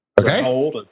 Okay